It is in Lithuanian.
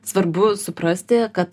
svarbu suprasti kad